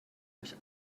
euch